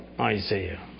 Isaiah